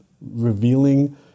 revealing